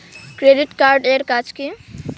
Credit card এর কাজ কি?